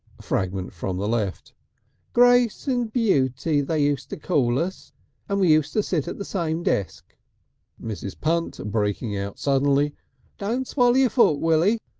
fragment from the left grace and beauty they used to call us and we used to sit at the same desk mrs. punt, breaking out suddenly don't swaller your fork, willy.